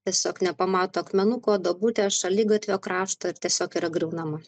tiesiog nepamato akmenuko duobute šaligatvio krašto ir tiesiog yra griaunama